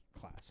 class